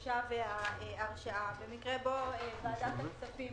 במקרה בו ועדת הכספים